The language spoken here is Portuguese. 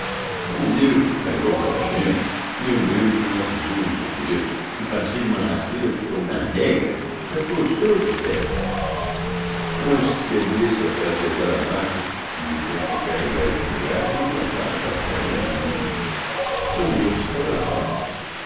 mas eu carioca da gema lembrei-me do nosso jogo de capoeira e passei-lhe uma rasteira tão na regra que a prostrei por terra antes que se erguesse aquela pesada massa tive tempo de carregar a espingarda e mandá-la passear no outro mundo o moço estava salvo